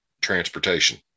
transportation